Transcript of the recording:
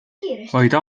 abikaasa